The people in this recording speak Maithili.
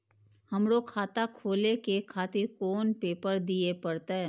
हमरो खाता खोले के खातिर कोन पेपर दीये परतें?